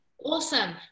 awesome